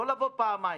לא לבוא פעמיים.